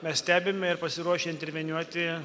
mes stebime ir pasiruošę interveniuoti